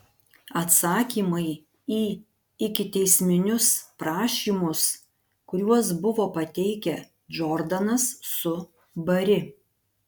atsakymai į ikiteisminius prašymus kuriuos buvo pateikę džordanas su bari